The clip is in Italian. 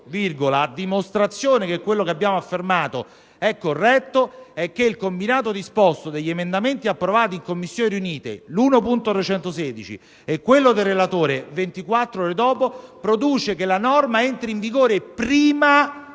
a dimostrazione del fatto che quello che abbiamo affermato è corretto, è che il combinato disposto degli emendamenti approvati in sede di Commissioni riunite, l'1.316 e quello del relatore, approvato 24 ore dopo, è che la norma entri in vigore prima